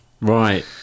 Right